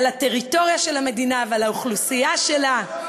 על הטריטוריה של המדינה ועל האוכלוסייה שלה.